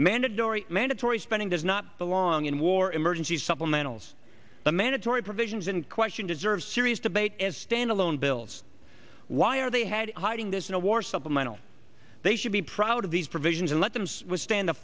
mandatory mandatory spending does not belong in war emergency supplementals the mandatory provisions in question deserve serious debate as stand alone bills why are they had hiding this in a war supplemental they should be proud of these provisions and let them stand